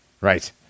right